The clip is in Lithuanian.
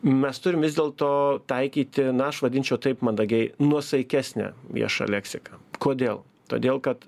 mes turim vis dėl to taikyti na aš vadinčiau taip mandagiai nuosaikesnę viešą leksiką kodėl todėl kad